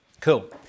cool